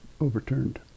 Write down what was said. overturned